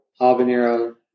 habanero